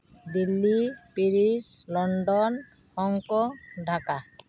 Delhi Paris London Hong Kong Dhaka